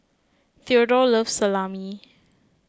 theodore loves Salami